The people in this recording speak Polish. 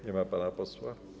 Nie ma pana posła.